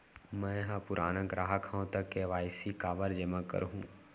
मैं ह पुराना ग्राहक हव त के.वाई.सी काबर जेमा करहुं?